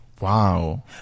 Wow